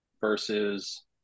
versus